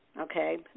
okay